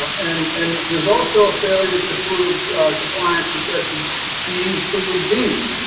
and and there's also a failure to prove compliance with sections b, c and d.